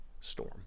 storm